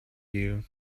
you